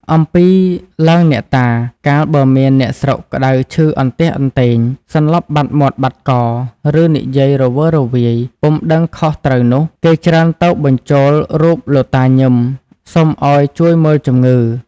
អំពីឡើងអ្នកតា កាលបើមានអ្នកស្រុកក្ដៅឈឺអន្ទះអន្ទែង សន្លប់បាត់មាត់បាត់ក ឫនិយាយរវើរវាយ ពុំដឹងខុសត្រូវនោះ គេច្រើនទៅបញ្ចូលរូបលោកតាញឹម សុំឲ្យជួយមើលជំងឺ។